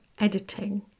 editing